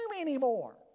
anymore